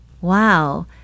Wow